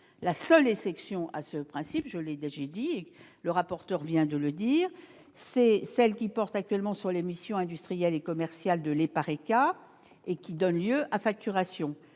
La seule exception à ce principe, je l'ai précisé et M. le rapporteur l'a rappelé, est celle qui porte actuellement sur les missions industrielles et commerciales de l'EPARECA et qui donnent lieu à facturation.